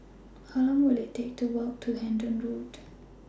How Long Will IT Take to Walk to Hendon Road